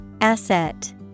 Asset